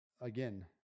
again